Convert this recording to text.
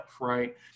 right